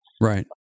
Right